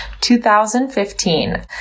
2015